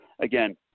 Again